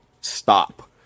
stop